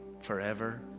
forever